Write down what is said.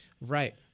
Right